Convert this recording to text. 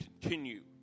continue